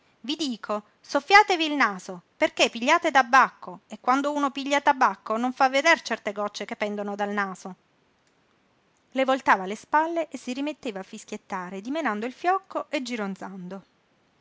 i dico soffiatevi il naso perché pigliate tabacco e quando uno piglia tabacco non fa veder certe gocce che pendono dal naso le voltava le spalle e si rimetteva a fischiettare dimenando il fiocco e gironzando